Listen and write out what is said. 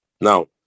Now